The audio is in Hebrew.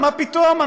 מה פתאום?